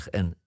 en